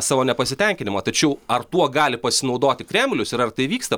savo nepasitenkinimą tačiau ar tuo gali pasinaudoti kremlius ir ar tai vyksta